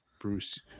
Bruce